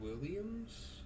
Williams